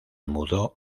mudó